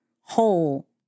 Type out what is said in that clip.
whole